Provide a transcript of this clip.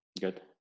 Good